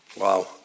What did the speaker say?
Wow